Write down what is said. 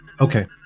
Okay